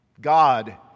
God